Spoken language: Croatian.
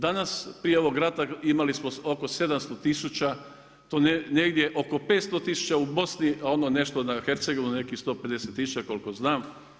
Danas prije ovog rata imali smo oko 700 tisuća, tu negdje oko 500 tisuća u Bosni a ono nešto u Hercegovini, nekih 150 tisuća koliko znam.